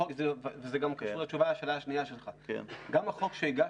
גם החוק שהגשנו,